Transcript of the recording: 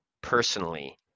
personally